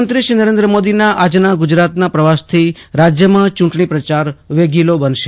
પ્રધાનમંત્રી નરેન્દ્ર મોદીના આજના ગુજરાતના પ્રવાસથી રાજ્યમાં ચૂંટણી પ્રચાર વેગીલો બનશે